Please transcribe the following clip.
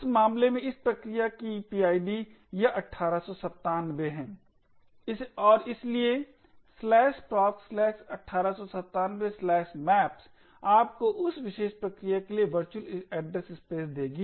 इस मामले में इस प्रक्रिया की PID यह 1897 और इसलिए proc 1897 maps आपको उस विशेष प्रक्रिया के लिए वर्चुअल एड्रेस स्पेस देगी